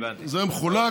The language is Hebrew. זה מחולק,